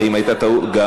האם הייתה טעות?